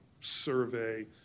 survey